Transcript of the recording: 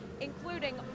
including